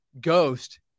ghost